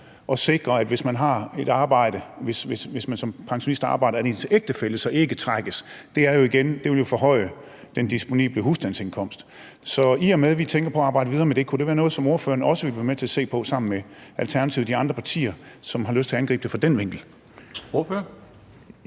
arbejde, altså hvis man som pensionist arbejder, trækkes ens ægtefælle ikke. Det vil jo forhøje den disponible husstandsindkomst. Så i og med at vi tænker på at arbejde videre med det her, kunne det så være noget, ordføreren ville være med til at se på sammen med Alternativet og de andre partier, som har lyst til at angribe det fra den vinkel?